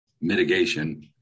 mitigation